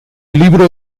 libro